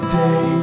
day